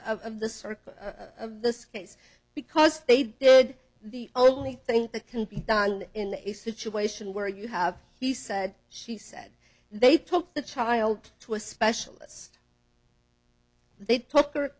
circle of this case because they did the only thing that can be done in a situation where you have he said she said they took the child to a specialist they